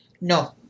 No